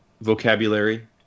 vocabulary